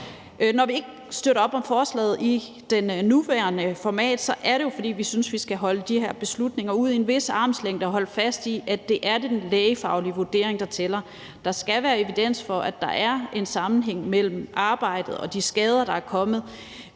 Når vi ikke støtter forslaget i dets nuværende format, er det jo, fordi vi synes, at vi skal holde de beslutninger ud i en vis armslængde og holde fast i, at det er den lægefaglige vurdering, der tæller. Der skal være evidens for, at der er en sammenhæng mellem arbejdet og de skader, der er kommet,